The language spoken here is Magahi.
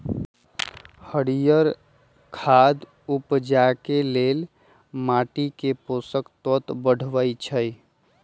हरियर खाद उपजाके लेल माटीके पोषक तत्व बढ़बइ छइ